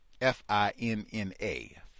f-i-n-n-a